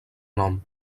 nom